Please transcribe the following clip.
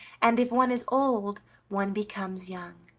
and if one is old one becomes young.